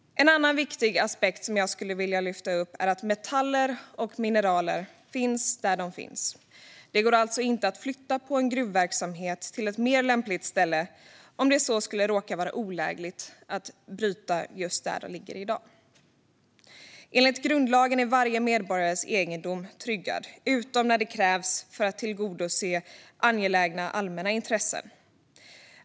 En annan viktig aspekt som jag skulle vilja lyfta upp är att metaller och mineraler finns där de finns. Det går alltså inte att flytta en gruvverksamhet till ett mer lämpligt ställe om det skulle råka vara olägligt att bryta just där den ligger. Enligt grundlagen är varje medborgares egendom tryggad utom när det krävs för att tillgodose angelägna allmänna intressen.